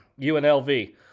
UNLV